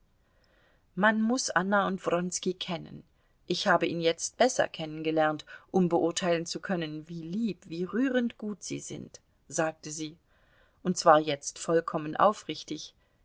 man muß anna und wronski kennen ich habe ihn jetzt besser kennengelernt um beurteilen zu können wie lieb wie rührend gut sie sind sagte sie und zwar jetzt vollkommen aufrichtig